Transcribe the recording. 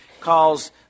calls